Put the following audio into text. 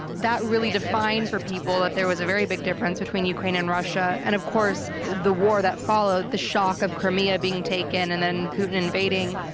that really defined for people that there was a very big difference between ukraine and russia. and, of course, the war that followed the shock of crimea being taken, and then putin invading,